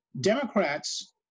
Democrats